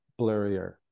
blurrier